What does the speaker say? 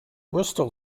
bristol